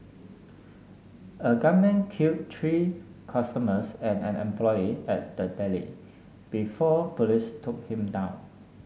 a gunman killed three customers and an employee at the Deli before police took him down